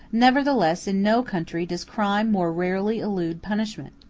nevertheless in no country does crime more rarely elude punishment.